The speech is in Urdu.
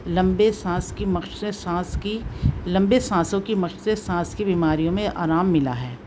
لمبے سانس کی مشق سے سانس کی لمبے سانسوں کی مشقیں سے سانس کی بیماریوں میں آرام ملا ہے